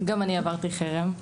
גם אני עברתי חרם,